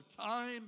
time